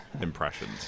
impressions